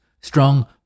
Strong